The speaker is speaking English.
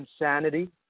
insanity